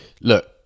look